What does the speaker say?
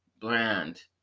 brand